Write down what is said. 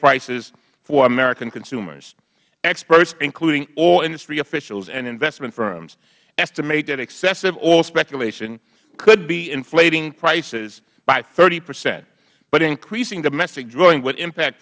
prices for american consumers experts including oil industry officials and investment firms estimate that excessive oil speculation could be inflating prices by hpercent but increasing domestic drilling would impact